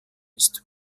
ist